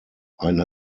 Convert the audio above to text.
eine